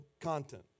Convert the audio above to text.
content